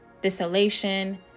desolation